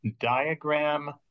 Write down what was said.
diagram